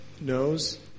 knows